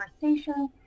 conversation